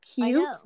cute